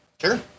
Sure